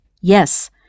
Yes